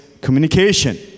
communication